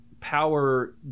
power